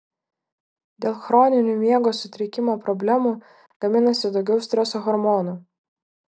dėl chroninių miego sutrikimo problemų gaminasi daugiau streso hormonų